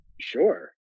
Sure